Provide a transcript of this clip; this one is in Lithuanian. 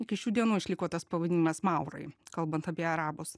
iki šių dienų išliko tas pavadinimas maurai kalbant apie arabus